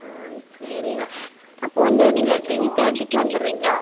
சரிண்ணா அப்போது வந்து நீங்கள் டென் தேர்ட்டிக்கு வந்துடுறீங்களா